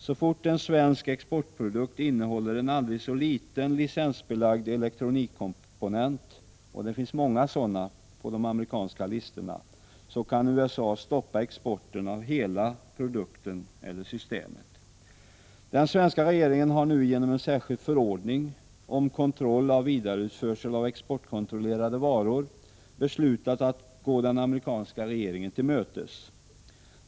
Så fort en svensk exportprodukt innehåller en aldrig så liten licensbelagd elektronikkomponent — och det finns många sådana på de amerikanska listorna — kan USA stoppa exporten av hela produkten eller systemet. Den svenska regeringen har nu genom en särskild förord: ing om kontroll av vidareutförsel av exportkontrollerade varor beslutat gå den amerikanska regeringen till mötes.